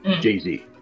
Jay-Z